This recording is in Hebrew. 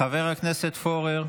חבר הכנסת פורר.